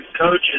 coaches